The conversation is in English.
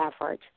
average